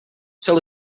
till